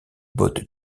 bottes